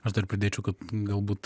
aš dar pridėčiau kad galbūt